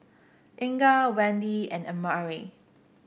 Inga Wende and Amare